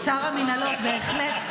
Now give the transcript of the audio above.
שר המינהלות, בהחלט.